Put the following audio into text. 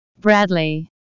Bradley